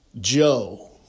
Joe